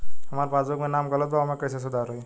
हमार पासबुक मे नाम गलत बा ओके कैसे सुधार होई?